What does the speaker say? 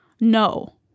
no